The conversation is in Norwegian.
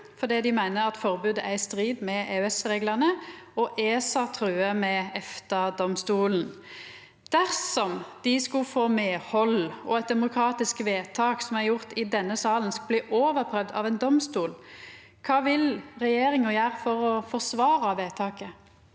fordi dei meiner at forbodet er i strid med EØS-reglane, og ESA truar med EFTA-domstolen. Dersom dei skulle få medhald, og eit demokratisk vedtak som er gjort i denne salen, blir overprøvd av ein domstol, kva vil regjeringa gjera for å forsvara vedtaket?